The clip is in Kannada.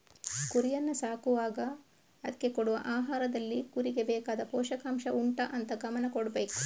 ಕುರಿಯನ್ನ ಸಾಕುವಾಗ ಅದ್ಕೆ ಕೊಡುವ ಆಹಾರದಲ್ಲಿ ಕುರಿಗೆ ಬೇಕಾದ ಪೋಷಕಾಂಷ ಉಂಟಾ ಅಂತ ಗಮನ ಕೊಡ್ಬೇಕು